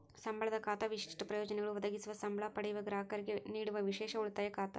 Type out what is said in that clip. ಸಂಬಳದ ಖಾತಾ ವಿಶಿಷ್ಟ ಪ್ರಯೋಜನಗಳು ಒದಗಿಸುವ ಸಂಬ್ಳಾ ಪಡೆಯುವ ಗ್ರಾಹಕರಿಗೆ ನೇಡುವ ವಿಶೇಷ ಉಳಿತಾಯ ಖಾತಾ